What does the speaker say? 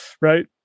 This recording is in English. Right